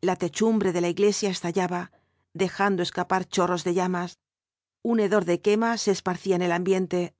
la techumbre de la ig lesia estallaba dejando escapar chorros de llamas un hedor de quema se esparcía en el ambiente